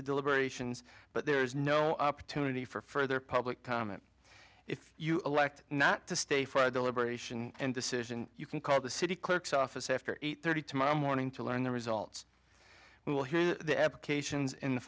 the deliberations but there is no opportunity for further public comment if you elect not to stay for deliberation and decision you can call the city clerk's office after eight thirty tomorrow morning to learn the results we will hear the applications in the